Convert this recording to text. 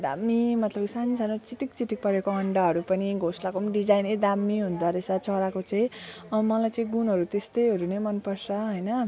दामी मतलब सानो सानो चिटिक् चिटिक् परेको अन्डाहरू पनि घोसलाको पनि डिजाइनै दामी हुँदोरहेछ चराको चाहिँ मलाई चाहिँ गुँडहरू त्यस्तैहरू नै मन पर्छ हैन